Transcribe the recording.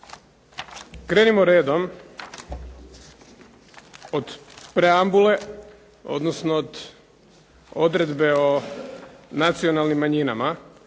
Krenimo redom, od preambule, odnosno od odredbe o nacionalnim manjinama